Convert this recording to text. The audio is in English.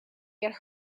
get